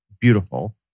beautiful